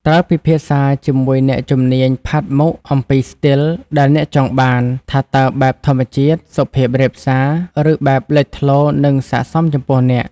ត្រូវពិភាក្សាជាមួយអ្នកជំនាញផាត់មុខអំពីស្ទីលដែលអ្នកចង់បាន ថាតើបែបធម្មជាតិ សុភាពរាបសា ឬបែបលេចធ្លោនឹងសាកសមចំពោះអ្នក ។